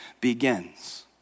begins